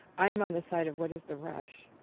i'm on the side of what is the rush?